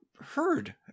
heard